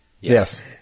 Yes